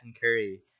Curry